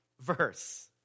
verse